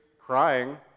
crying